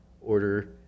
order